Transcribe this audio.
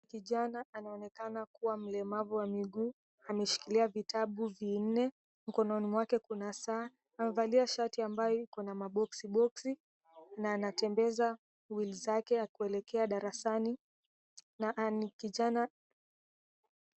Kijana anaonekana kuwa mlemavu wa miguu, ameshikilia vitabu vinne. Mkononi mwake kuna saa. Amevalia shati ambayo iko na maboksi boksi na anatembeza wheels zake na kuelekea darasani, na ni kijana.